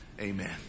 Amen